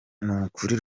nukuri